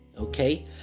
okay